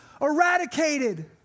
eradicated